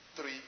three